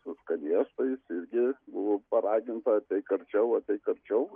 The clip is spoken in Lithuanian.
su skanėstais irgi buvo paraginta ateik arčiau ateik arčiau